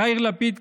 יאיר לפיד,